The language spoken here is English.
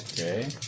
Okay